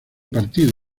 partido